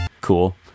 Cool